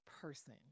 person